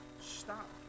stop